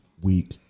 week